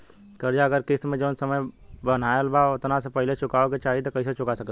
कर्जा अगर किश्त मे जऊन समय बनहाएल बा ओतना से पहिले चुकावे के चाहीं त कइसे चुका सकत बानी?